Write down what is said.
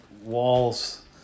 walls